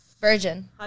Virgin